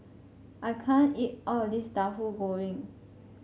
I can't eat all of this Tahu Goreng